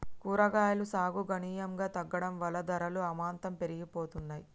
కూరగాయలు సాగు గణనీయంగా తగ్గడం వలన ధరలు అమాంతం పెరిగిపోతున్నాయి